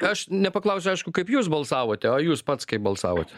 aš nepaklausiau aišku kaip jūs balsavote o jūs pats kaip balsavote